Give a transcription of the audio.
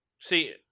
See